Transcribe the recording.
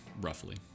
roughly